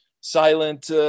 silent